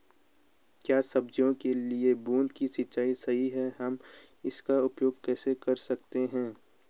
क्या सब्जियों के लिए बूँद से सिंचाई सही है हम इसका उपयोग कैसे कर सकते हैं?